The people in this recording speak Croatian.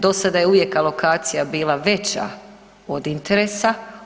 Do sada je uvijek alokacija bila veća od interesa.